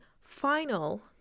final